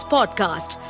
Podcast